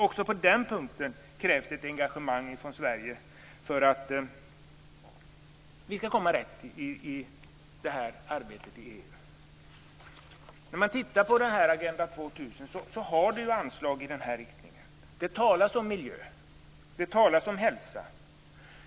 Också på den punkten krävs det ett engagemang från Sverige för att vi skall komma rätt i arbetet i EU. Agenda 2000 har anslag i den riktningen. Det talas om miljö, och det talas om hälsa.